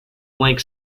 blank